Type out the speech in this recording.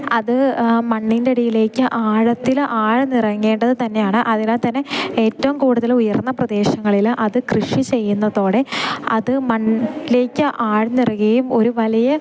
അത് മണ്ണിൻ്റ അടിയിലേക്ക് ആഴത്തില് ആഴ്ന്നിറങ്ങേണ്ടത് തന്നെയാണ് അതിനാൽ തന്നെ ഏറ്റവും കൂടുതല് ഉയർന്ന പ്രദേശങ്ങളില് അത് കൃഷി ചെയ്യുന്നതോടെ അത് മണ്ണിലേക്ക് ആഴ്ന്നിറങ്ങുകയും ഒരു വലിയ